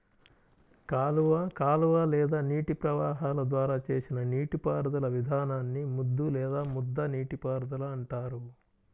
కాలువ కాలువ లేదా నీటి ప్రవాహాల ద్వారా చేసిన నీటిపారుదల విధానాన్ని ముద్దు లేదా ముద్ద నీటిపారుదల అంటారు